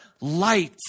light